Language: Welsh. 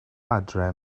adre